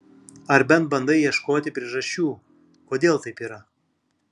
ar bent bandai ieškoti priežasčių kodėl taip yra